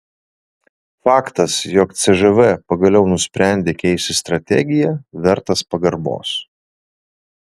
faktas jog cžv pagaliau nusprendė keisti strategiją vertas pagarbos